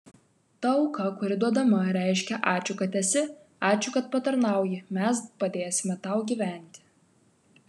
ta auka kuri duodama reiškia ačiū kad esi ačiū kad patarnauji mes padėsime tau gyventi